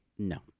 No